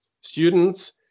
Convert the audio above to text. students